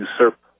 usurp